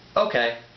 okay,